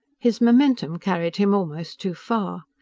his momentum carried him almost too far.